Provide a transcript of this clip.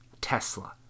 Tesla